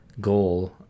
goal